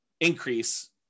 increase